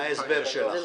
מההסבר שלך.